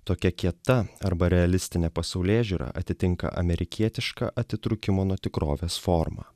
tokia kieta arba realistinė pasaulėžiūra atitinka amerikietišką atitrūkimo nuo tikrovės formą